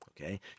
Okay